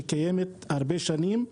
שקיימת הרבה שנים,